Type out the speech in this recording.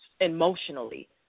emotionally